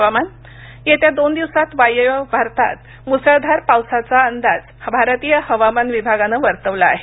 हवामान येत्या दोन दिवसात वायव्य भारतात मुसळधार पावसाचा अंदाज भारतीय हवामान विभागानं वर्तवला आहे